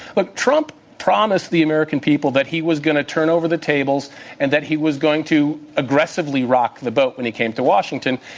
but promised the american people that he was going to turn over the tables and that he was going to aggressively rock the boat when he came to washington,